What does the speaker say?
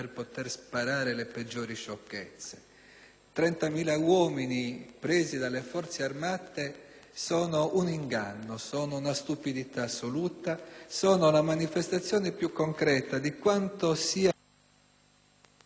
30.000 uomini presi dalle Forze armate rappresentano un inganno, una stupidità assoluta, sono la manifestazione più concreta di quanto siano